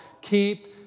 Keep